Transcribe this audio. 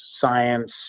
science